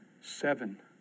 seven